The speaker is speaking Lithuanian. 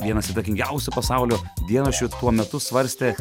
vienas įtakingiausių pasaulio dienraščių tuo metu svarstė